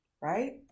Right